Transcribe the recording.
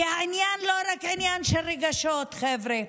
כי העניין הוא לא רק עניין של רגשות, חבר'ה.